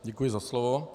Děkuji za slovo.